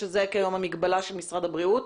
שזאת כיום המגבלה של משרד הבריאות,